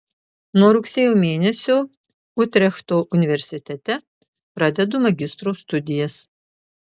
nuo rugsėjo mėnesio utrechto universitete pradedu magistro studijas